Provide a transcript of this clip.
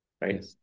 right